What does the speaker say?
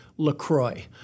LaCroix